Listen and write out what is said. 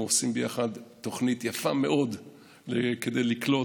הם עושים ביחד תוכנית יפה מאוד כדי לקלוט,